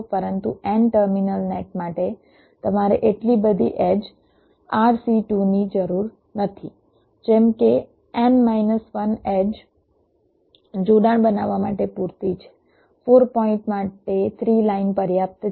પરંતુ n terminal net માટે તમારે એટલી બધી એડ્જ ની જરૂર નથી જેમ કે એડ્જ જોડાણ બનાવવા માટે પૂરતી છે 4 પોઈન્ટ માટે 3 લાઇન પર્યાપ્ત છે